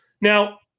Now